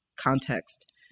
context